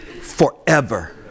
forever